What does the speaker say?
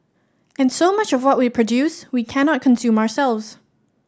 and so much of what we produce we cannot consume ourselves